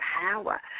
power